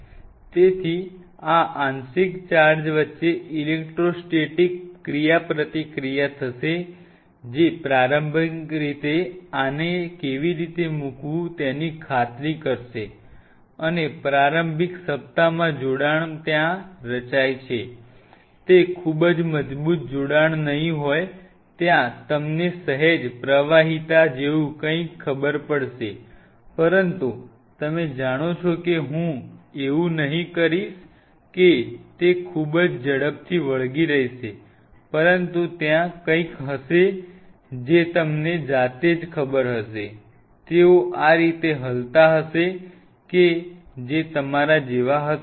તેથી આ આંશિક ચાર્જ વચ્ચે ઇલેક્ટ્રો સ્ટેટિક ક્રિયાપ્રતિક્રિયા થશે જે પ્રારંભિક રીતે આને કેવી રીતે મૂકવું તેની ખાતરી કરશે અને પ્રારંભિક સપ્તાહનું જોડાણ ત્યાં રચાય છે તે ખૂબ જ મજબૂત જોડાણ નહીં હોય ત્યાં તમને સહેજ પ્રવાહીતા જેવું કંઈક ખબર હશે પરંતુ તમે જાણો છો કે હું એવું નહીં કહીશ કે તે ખૂબ જ ઝડપથી વળગી રહેશે પરંતુ ત્યાં કંઈક હશે જે તમને જાતે જ ખબર હશે તેઓ આ રીતે હલતા હશે કે જે તમારા જેવા હશે